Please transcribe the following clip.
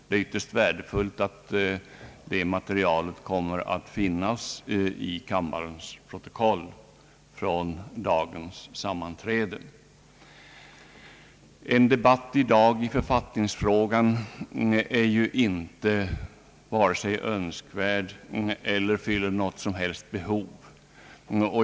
Det är ytterst värdefullt att detta material kommer att finnas i kammarens protokoll från dagens sammanträde. En debatt i dag om författningsfrågan är inte önskvärd och fyller inte något som helst behov.